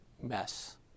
mess